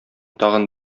тагын